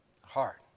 heart